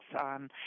on